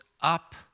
up